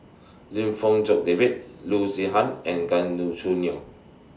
Lim Fong Jock David Loo Zihan and Gan Choo Neo